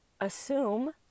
assume